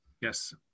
Yes